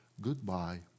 Goodbye